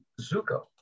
Zuko